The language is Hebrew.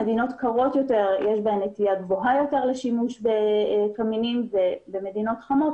במדינות קרות יותר יש נטייה גבוהה יותר לשימוש בקמינים ובמדינות חמות,